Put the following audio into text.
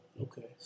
Okay